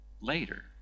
later